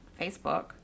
Facebook